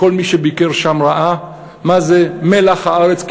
כל מי שביקר שם ראה מה זה מלח הארץ,